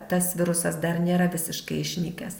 tas virusas dar nėra visiškai išnykęs